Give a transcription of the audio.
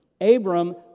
Abram